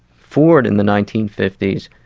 ford in the nineteen fifty s,